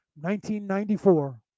1994